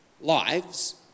lives